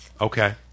Okay